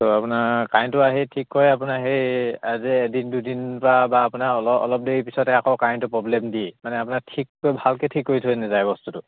ত' আপোনাৰ কাৰেণ্টটো আহি ঠিক কৰে আপোনাৰ সেই আজি এদিন দুদিন পৰা বা আপোনাৰ অলপ অলপ দেৰি পিছতে আকৌ কাৰেণ্টটো প্ৰ'ব্লেম দিয়েই মানে আপোনাৰ ঠিক কৰি ভালকে ঠিক কৰি থৈ নেযায় বস্তুটো